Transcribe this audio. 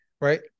right